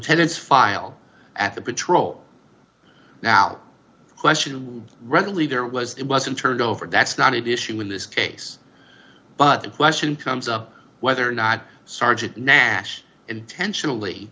's file at the patrol now question readily there was it wasn't turned over that's not it issue in this case but the question comes up whether or not sergeant nash intentionally